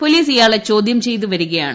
police ഇയാളെ ചോദ്യാ ചെയ്തുവരികയാണ്